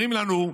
אומרים לנו: